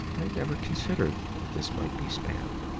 i never considered that this might be spam.